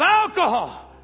alcohol